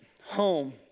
home